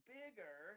bigger